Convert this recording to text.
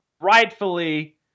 rightfully